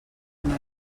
males